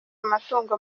amatungo